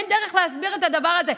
אין דרך להסביר את הדבר הזה,